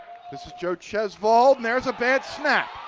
this is joe tjosvold and there's a bad snap.